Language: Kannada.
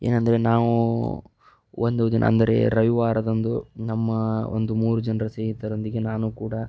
ಏನೆಂದರೆ ನಾವು ಒಂದು ದಿನ ಅಂದರೆ ರವಿವಾರದಂದು ನಮ್ಮ ಒಂದು ಮೂರು ಜನರ ಸ್ನೇಹಿತರೊಂದಿಗೆ ನಾನು ಕೂಡ